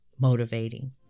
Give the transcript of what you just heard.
motivating